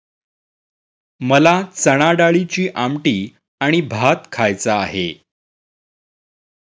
मला चणाडाळीची आमटी आणि भात खायचा आहे